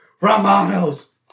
Romanos